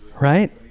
Right